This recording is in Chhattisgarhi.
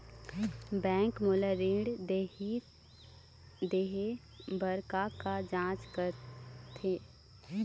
बैंक मोला ऋण देहे बार का का जांच करथे?